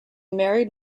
married